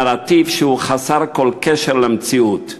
נרטיב שהוא חסר כל קשר למציאות.